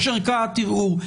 יש ערכאת ערעור,